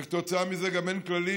וכתוצאה מזה גם אין כללים,